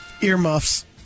Earmuffs